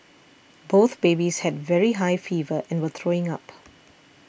both babies had very high fever and were throwing up